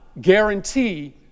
guarantee